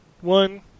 one